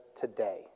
today